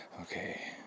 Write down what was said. Okay